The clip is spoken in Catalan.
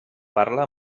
parla